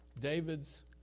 David's